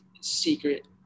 secret